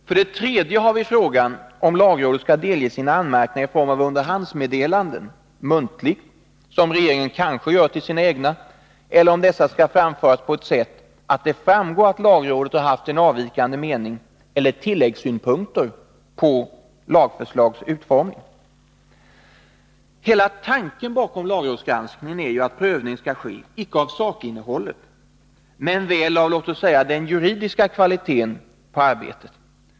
För det tredje har vi frågan om lagrådet skall delges sina anmärkningar i form av underhandsmeddelanden — muntligt — som regeringen kanske gör till sina egna, eller om dessa skall framföras på ett sådant sätt att det framgår att lagrådet har avvikande mening eller tilläggssynpunkter på ett lagförslags utformning. Hela tanken bakom lagrådsgranskningen är ju att prövning skall ske icke av sakinnehållet men väl av, låt oss säga, den juridiska kvaliten på arbetet.